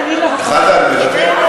חזן, מוותר?